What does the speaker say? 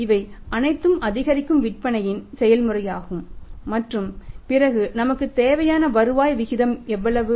இவை அனைத்தும் அதிகரிக்கும் விற்பனையின் செயல்முறையாகும் மற்றும் பிறகு நமக்கு தேவையான வருவாய் விகிதம் எவ்வளவு